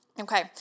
Okay